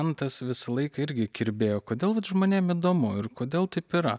man tas visą laiką irgi kirbėjo kodėl vat žmonėm įdomu ir kodėl taip yra